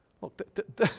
Look